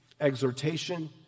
exhortation